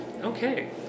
Okay